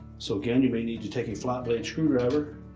so again, you may need to take a flat blade screwdriver